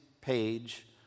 page